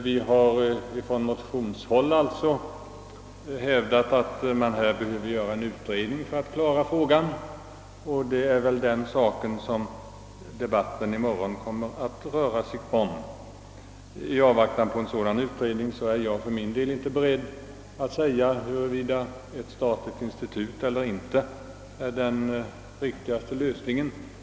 Vi har motionsvis hävdat att man behöver göra en utredning för att klara frågan, och det är detta som debatten i morgon kommer att röra sig om. I avvaktan på en sådan utredning är jag för min del inte beredd att säga huruvida ett statligt institut är den riktigaste lösningen.